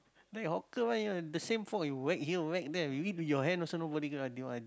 then hawker the same fork you whack here whack there you eat with your hand also nobody gonna